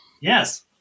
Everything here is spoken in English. Yes